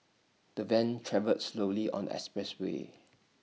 the van travelled slowly on the expressway